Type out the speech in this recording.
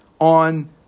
on